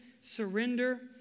surrender